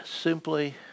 simply